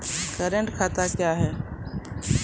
Current खाता क्या हैं?